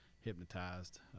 hypnotized